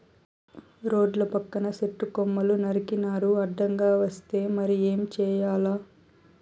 రోడ్ల పక్కన సెట్టు కొమ్మలు నరికినారు అడ్డంగా వస్తే మరి ఏం చేయాల